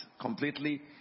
completely